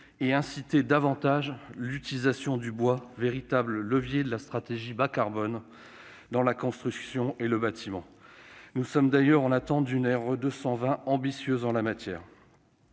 et inciter davantage à l'utilisation du bois, véritable levier de la stratégie bas-carbone, dans la construction et le bâtiment. Nous sommes d'ailleurs en attente d'une réglementation